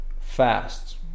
fast